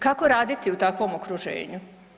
Kako raditi u takvom okruženju?